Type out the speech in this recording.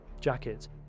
jacket